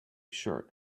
shirt